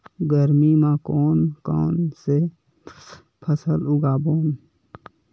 गरमी मा कोन कौन से फसल उगाबोन?